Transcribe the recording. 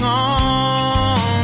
on